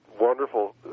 wonderful